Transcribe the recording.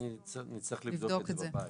נצטרך לבדוק את זה בבית.